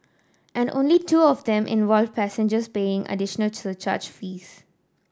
and only two of them involved passengers paying additional charge fares